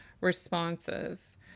responses